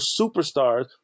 superstars